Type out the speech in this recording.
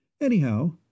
Anyhow